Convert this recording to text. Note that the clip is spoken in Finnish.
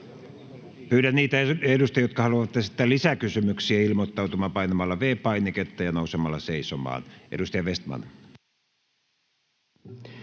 Pyydän niitä edustajia, jotka haluavat esittää lisäkysymyksiä, ilmoittautumaan painamalla V-painiketta ja nousemalla seisomaan. — Edustaja Vestman.